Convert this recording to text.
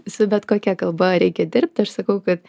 su bet kokia kalba reikia dirbt aš sakau kad